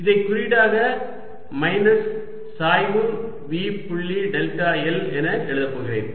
இதை குறியீடாக மைனஸ் சாய்வு V புள்ளி டெல்டா l என எழுதப் போகிறேன்